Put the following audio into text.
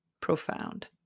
profound